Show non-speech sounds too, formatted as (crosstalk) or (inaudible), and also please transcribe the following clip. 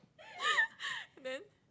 (laughs) then